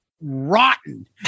rotten